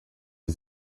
die